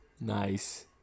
Nice